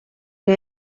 que